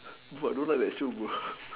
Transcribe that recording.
what don't like that show